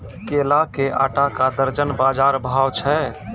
केला के आटा का दर्जन बाजार भाव छ?